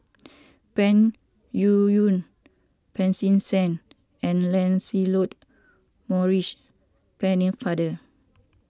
Peng Yuyun Pancy Seng and Lancelot Maurice Pennefather